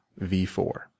V4